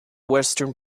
western